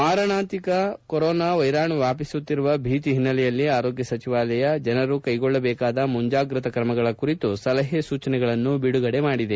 ಮಾರಾಣಾಂತಿಕ corona ವೈರಾಣು ವ್ಯಾಪಿಸುತ್ತಿರುವ ಭೀತಿ ಹಿನ್ನೆಲೆಯಲ್ಲಿ ಆರೋಗ್ಯ ಸಚಿವಾಲಯ ಜನರು ಕೈಗೊಳ್ಳಬೇಕಾದ ಮುಂಜಾಗ್ರತಾ ಕ್ರಮಗಳ ಕುರಿತು ಸಲಹೆ ಸೂಚನೆಗಳನ್ನು ಬಿಡುಗಡೆ ಮಾಡಿದೆ